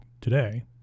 today